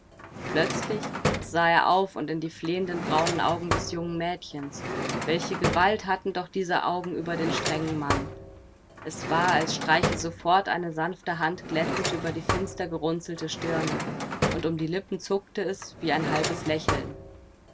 plötzlich sah er auf und in die flehenden braunen augen des jungen mädchens welche gewalt hatten doch diese augen über den strengen mann es war als streiche sofort eine sanfte hand glättend über die finster gerunzelte stirne und um die lippen zuckte es wie ein halbes lächeln